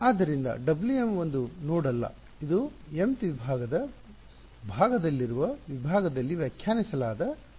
ಆದ್ದರಿಂದ W m ಒಂದು node ಅಲ್ಲ ಇದು mth ವಿಭಾಗದ ಭಾಗದಲ್ಲಿರುವ ವಿಭಾಗದಲ್ಲಿ ವ್ಯಾಖ್ಯಾನಿಸಲಾದ ಕಾರ್ಯವಾಗಿದೆ